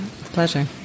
Pleasure